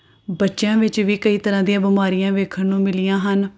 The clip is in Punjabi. ਬੱਚਿਆਂ ਵਿੱਚ ਵੀ ਕਈ ਤਰ੍ਹਾਂ ਦੀਆਂ ਬਿਮਾਰੀਆਂ ਵੇਖਣ ਨੂੰ ਮਿਲੀਆਂ ਹਨ